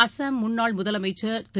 அஸ்ஸாம் முன்னாள் முதலமைச்சர் திரு